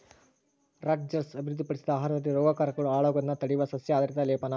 Rutgers ಅಭಿವೃದ್ಧಿಪಡಿಸಿದ ಆಹಾರದಲ್ಲಿ ರೋಗಕಾರಕಗಳು ಹಾಳಾಗೋದ್ನ ತಡೆಯುವ ಸಸ್ಯ ಆಧಾರಿತ ಲೇಪನ